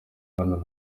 hano